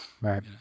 Right